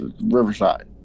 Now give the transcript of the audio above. Riverside